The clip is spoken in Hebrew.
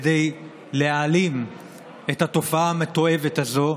כדי להעלים את התופעה המתועבת הזאת,